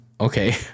okay